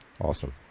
Awesome